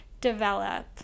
develop